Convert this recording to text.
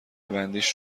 بندیش